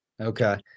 Okay